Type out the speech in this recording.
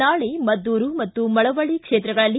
ನಾಳೆ ಮದ್ದೂರು ಮತ್ತು ಮಳವಳ್ಳ ಕ್ಷೇತ್ರಗಳಲ್ಲಿ